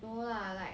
no lah like